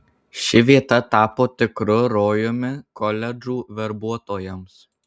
ši vieta tapo tikru rojumi koledžų verbuotojams